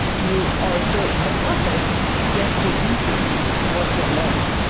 you also in the process get to retain what you're learning.